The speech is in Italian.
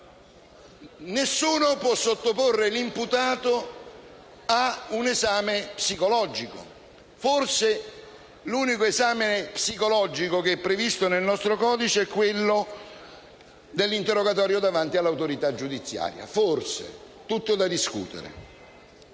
Nessuno può sottoporre l'imputato ad un esame psicologico. Forse l'unico esame psicologico previsto nel nostro codice è quello dell'interrogatorio davanti all'autorità giudiziaria e ripeto forse,